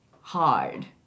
hard